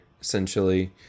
essentially